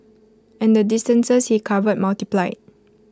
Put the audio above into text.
and the distances he covered multiplied